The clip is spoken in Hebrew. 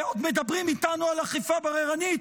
ועוד מדברים איתנו על אכיפה בררנית?